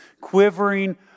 quivering